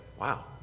wow